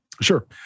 sure